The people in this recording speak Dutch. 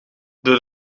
door